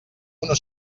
una